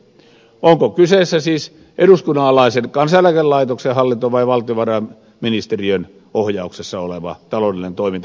onko kyseessä siis eduskunnan alaisen kansaneläkelaitoksen hallinto vai valtiovarainministeriön ohjauksessa oleva taloudellinen toiminta